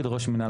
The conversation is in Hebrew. בפרוטוקול?